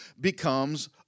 becomes